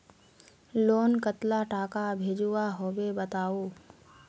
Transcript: Loan कतला टाका भेजुआ होबे बताउ?